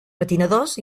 patinadors